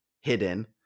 hidden